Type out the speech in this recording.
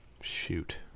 Shoot